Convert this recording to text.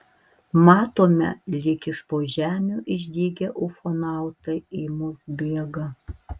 matome lyg iš po žemių išdygę ufonautai į mus bėga